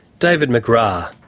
david mcgrath.